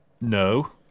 No